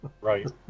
Right